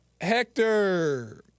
Hector